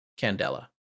candela